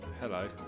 Hello